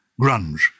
grunge